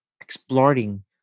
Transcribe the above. exploring